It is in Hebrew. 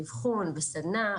אבחון וסדנה,